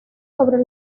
sobre